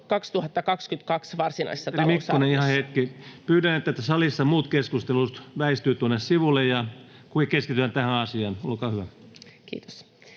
lisäämiseksi. Ministeri Mikkonen, ihan hetki. — Pyydän, että salissa muut keskustelut väistyvät tuonne sivulle, kun me keskitytään tähän asiaan. — Olkaa hyvä. Kiitoksia